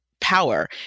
power